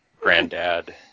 Granddad